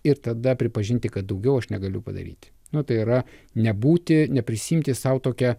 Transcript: ir tada pripažinti kad daugiau aš negaliu padaryti nu tai yra nebūti neprisiimti sau tokia